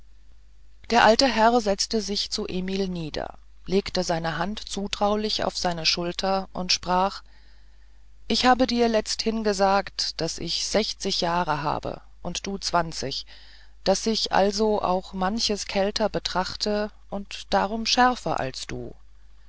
der alte herr setzte sich zu emil nieder legte seine hand zutraulich auf seine schulter und sprach ich habe dir letzthin gesagt daß ich sechzig jahre habe und du zwanzig daß ich also auch manches kälter betrachte und darum schärfer als du